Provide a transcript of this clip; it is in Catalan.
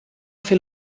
fer